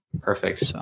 Perfect